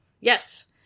Yes